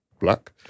Black